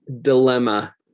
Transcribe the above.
dilemma